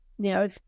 Now